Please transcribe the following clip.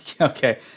Okay